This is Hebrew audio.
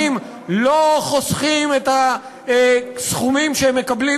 אנשים עניים לא חוסכים את הסכומים שהם מקבלים